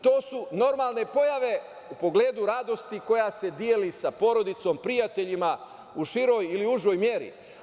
To su normalne pojave u pogledu radosti koja se deli sa porodicom, prijateljima u široj ili užoj meri.